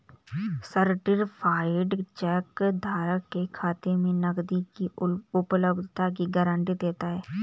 certified cheque धारक के खाते में नकदी की उपलब्धता की गारंटी देता है